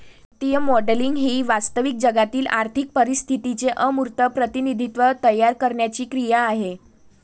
वित्तीय मॉडेलिंग ही वास्तविक जगातील आर्थिक परिस्थितीचे अमूर्त प्रतिनिधित्व तयार करण्याची क्रिया आहे